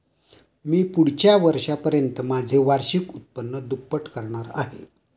मी पुढच्या वर्षापर्यंत माझे वार्षिक उत्पन्न दुप्पट करणार आहे